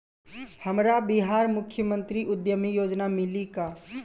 हमरा बिहार मुख्यमंत्री उद्यमी योजना मिली का?